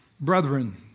Brethren